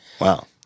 Wow